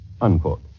Unquote